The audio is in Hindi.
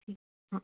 जी हाँ